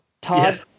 Todd